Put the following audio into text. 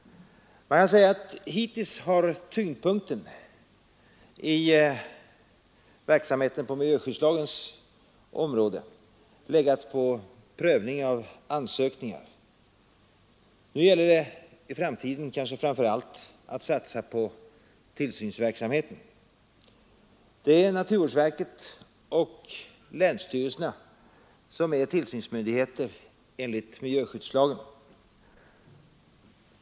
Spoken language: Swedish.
Man kan säga att hittills har tyngdpunkten i verksamheten på miljöskyddslagens område legat på prövning av ansökningar. Nu gäller det kanske framför allt att satsa på tillsynsverksamheten. Det är naturvårdsverket och länsstyrelserna som är tillsynsmyndigheter enligt miljöskyddslagen.